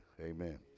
Amen